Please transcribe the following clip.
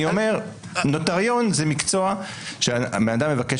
אני אומר כך: נוטריון זה מקצוע שהבן אדם מבקש